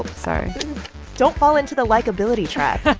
sorry don't fall into the likeability trap